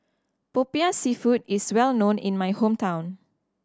Popiah Seafood is well known in my hometown